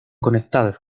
conectados